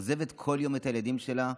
עוזבת כל יום את הילדים שלה,